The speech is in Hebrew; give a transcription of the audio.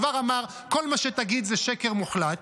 כבר אמר: כל מה שתגיד זה שקר מוחלט,